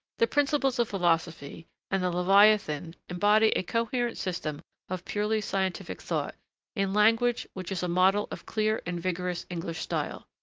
the principles of philosophy and the leviathan embody a coherent system of purely scientific thought in language which is a model of clear and vigorous english style.